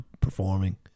performing